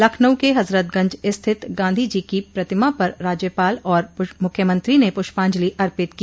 लखनऊ के हजरतगंज स्थित गांधी जी की प्रतिमा पर राज्यपाल और मुख्यमंत्री ने प्रष्पांजलि अर्पित की